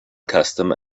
custom